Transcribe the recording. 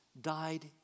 died